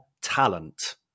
talent